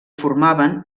formaven